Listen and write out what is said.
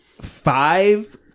five